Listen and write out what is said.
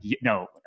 No